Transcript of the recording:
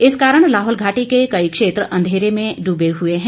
इस कारण लाहौल घाटी के कई क्षेत्र अंधेरे में डूबे हुए हैं